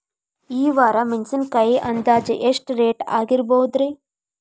ಈ ವಾರ ಮೆಣಸಿನಕಾಯಿ ಅಂದಾಜ್ ಎಷ್ಟ ರೇಟ್ ಆಗಬಹುದ್ರೇ?